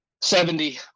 Seventy